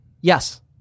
Yes